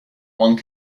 one